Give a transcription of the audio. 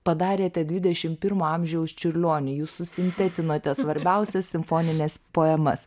padarėte dvidešim pirmo amžiaus čiurlionį jūs su sintetinote svarbiausias simfonines poemas